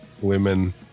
women